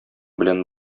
белән